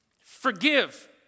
Forgive